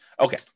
Okay